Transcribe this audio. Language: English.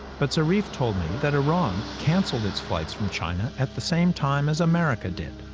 but zarif told me that iran canceled its flights from china at the same time as america did.